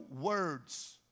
words